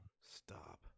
stop